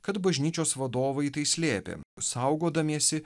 kad bažnyčios vadovai tai slėpė saugodamiesi